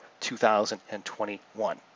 2021